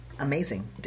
amazing